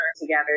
together